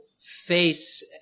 face